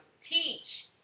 teach